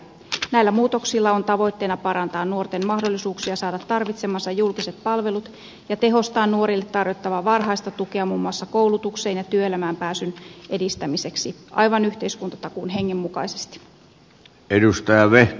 näillä muutoksilla on tavoitteena parantaa nuorten mahdollisuuksia saada tarvitsemansa julkiset palvelut ja tehostaa nuorille tarjottavaa varhaista tukea muun muassa koulutukseen ja työelämään pääsyn edistämiseksi aivan yhteiskuntatakuun hengen mukaisesti